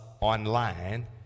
online